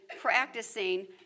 practicing